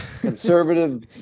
Conservative